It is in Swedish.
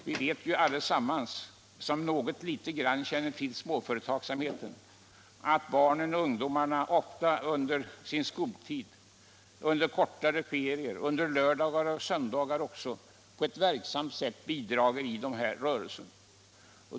Vi som något litet känner till småföretagsamheten vet ju att barn och skolungdom ofta under kortare ferier, lördagar och söndagar på ett verksamt sätt bidrar med arbete i rörelsen.